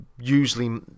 usually